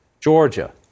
Georgia